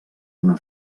una